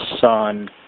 son